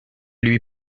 lui